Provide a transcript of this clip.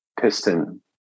piston